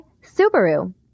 Subaru